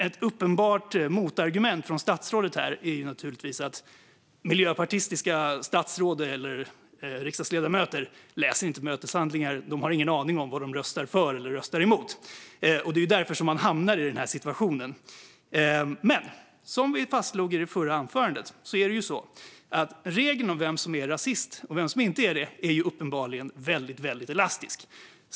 Ett uppenbart motargument från statsrådet är naturligtvis att miljöpartistiska statsråd eller riksdagsledamöter inte läser möteshandlingar och inte har någon aning om vad de röstar för eller emot och att det är därför man hamnar i denna situation. Men som vi fastslog i det förra inlägget är regeln om vem som är rasist och vem som inte är det uppenbarligen väldigt elastisk.